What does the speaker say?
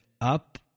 up